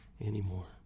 anymore